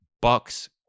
bucks